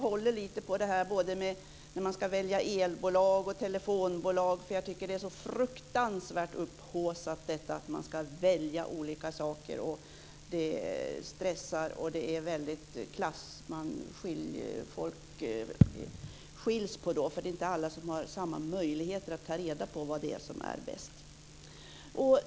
Man ska välja både elbolag och telefonbolag, och jag tycker att detta att man ska välja olika saker är så fruktansvärt upphaussat. Det stressar och gör att det görs skillnad mellan folk, för alla har inte samma möjlighet att ta reda på vad som är bäst.